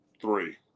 three